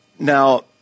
Now